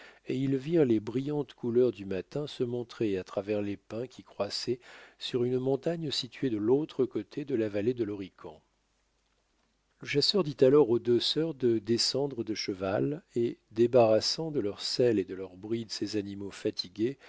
et ils virent les brillantes couleurs du matin se montrer à travers les pins qui croissaient sur une montagne située de l'autre côté de la vallée de l'horican le chasseur dit alors aux deux sœurs de descendre de cheval et débarrassant de leurs selles et de leurs brides ces animaux fatigués